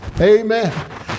Amen